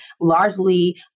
largely